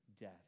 death